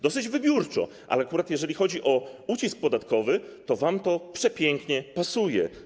Dosyć wybiórczo, ale akurat jeżeli chodzi o ucisk podatkowy, to wam to przepięknie pasuje.